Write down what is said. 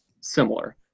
similar